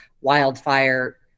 wildfire